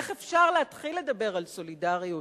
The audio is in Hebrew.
איך אפשר להתחיל לדבר על סולידריות,